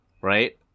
right